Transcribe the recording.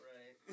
Right